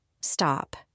Stop